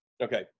Okay